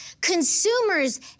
Consumers